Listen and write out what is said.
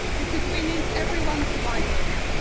because we need everyone to buy in.